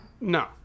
No